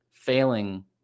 failing